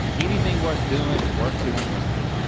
anything worth doing is worth doing right.